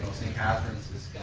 st. catharine's